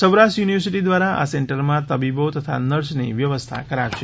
Saurashtra university દ્વારા આ સેન્ટરમાં તબીબો તથા નર્સની વ્યવસ્થા કરાશે